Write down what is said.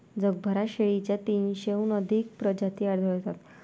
जगभरात शेळीच्या तीनशेहून अधिक प्रजाती आढळतात